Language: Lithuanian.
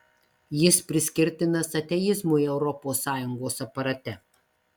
jis priskirtinas ateizmui europos sąjungos aparate